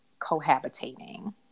cohabitating